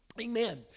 Amen